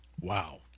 Wow